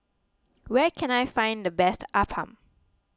where can I find the best Appam